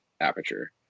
aperture